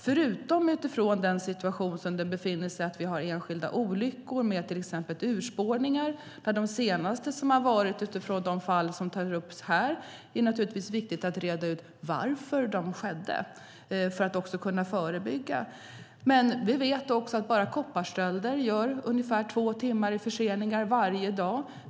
Förutom situationen att vi har enskilda olyckor med till exempel urspårningar, där de senaste har tagits upp här, är det naturligtvis viktigt att reda ut varför de skedde, för att kunna förebygga. Vi vet också att bara kopparstölder innebär ungefär två timmar i förseningar varje dag.